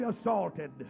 assaulted